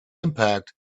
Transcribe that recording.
impact